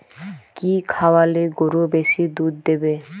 কি খাওয়ালে গরু বেশি দুধ দেবে?